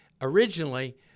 Originally